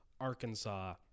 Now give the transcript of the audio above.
Arkansas